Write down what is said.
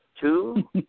Two